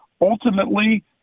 ultimately